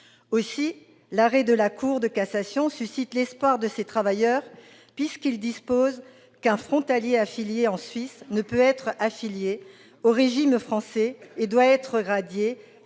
URSSAF. L'arrêt de la Cour de cassation suscite l'espoir de ces travailleurs puisqu'il dispose qu'un frontalier affilié en Suisse ne peut être affilié au régime français et doit en être radié